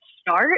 start